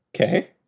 okay